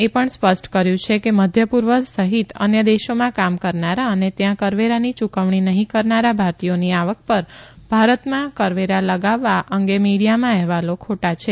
એ ણ સ ષ્ટ કર્યુ કે મધ્ય પૂર્વ સહિત અન્ય દેશોમાં કામ કરનારા અને ત્યાં કરવેરાની યૂકવણી નહીં કરનારા ભારતીયોની આવક ૈ ર ભારતમાં કરવેરા લગાવવા અંગે મીડીયાના અહેવાલો ખોટા છે